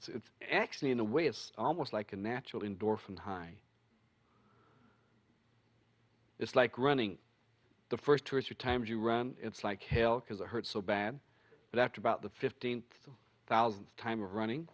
it's actually in a way it's almost like a natural indoor from high it's like running the first two or three times you run it's like hell because it hurts so bad but after about the fifteenth two thousand time running